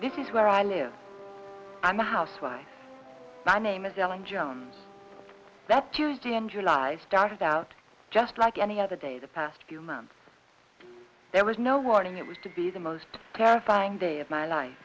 this is where i live i'm a housewife my name is alan jones that's tuesday and july i started out just like any other day the past few months there was no warning it was to be the most terrifying day of my life